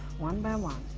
one by one.